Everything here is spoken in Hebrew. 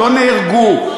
לא נהרגו,